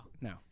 no